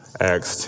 Acts